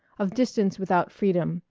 of distance without freedom,